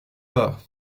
bas